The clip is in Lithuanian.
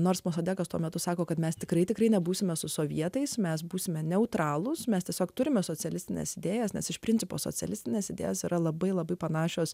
nors masada kas tuo metu sako kad mes tikrai tikrai nebūsime su sovietais mes būsime neutralūs mes tiesiog turime socialistines idėjas nes iš principo socialistines idėjas yra labai labai panašios